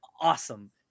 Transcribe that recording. awesome